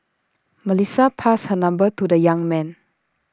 Melissa passed her number to the young man